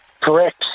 Correct